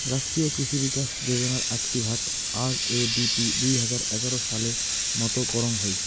রাষ্ট্রীয় কৃষি বিকাশ যোজনার আকটি ভাগ, আর.এ.ডি.পি দুই হাজার এগার সালে মত করং হই